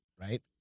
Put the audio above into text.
right